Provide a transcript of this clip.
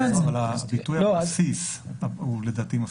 אבל הביטוי "על בסיס" הוא המפתח.